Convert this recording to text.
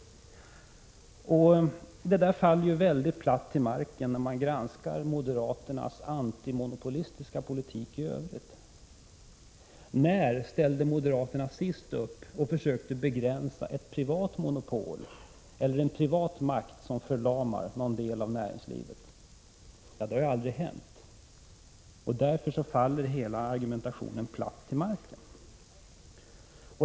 Det där faller väldigt platt till marken när man granskar moderaternas antimonopolistiska politik i övrigt. När ställde moderaterna senast upp och försökte begränsa ett privat monopol eller en privat makt som förlamar någon del av näringslivet? Det har aldrig hänt, och därför faller hela argumentationen platt till marken.